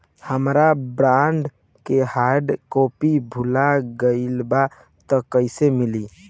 हमार बॉन्ड के hard copy भुला गएलबा त कैसे मिली?